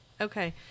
Okay